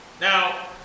Now